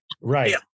Right